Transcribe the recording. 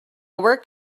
work